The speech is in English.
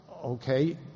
Okay